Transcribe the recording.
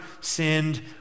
sinned